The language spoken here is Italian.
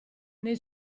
nei